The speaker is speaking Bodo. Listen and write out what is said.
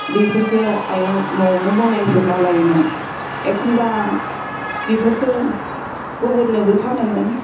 बिफोरखौ आइया न'वावनो बनायजोबना लायोमोन एखनबा बिफोरखौ गुबुननोबो फानोमोन